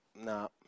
no